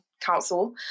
Council